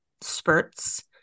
spurts